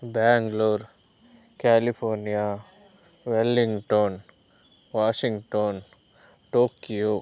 Bengaluru California Wellington Washington Tokyo